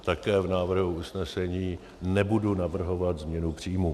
Také v návrhu usnesení nebudu navrhovat změnu příjmů.